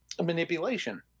manipulation